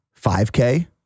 5K